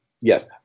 yes